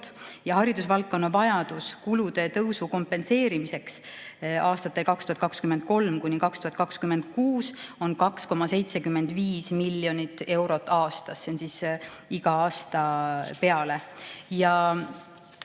Haridusvaldkonna vajadus kulude tõusu kompenseerimiseks aastatel 2023–2026 on 2,75 miljonit eurot aastas. See on iga aasta peale.